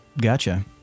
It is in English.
Gotcha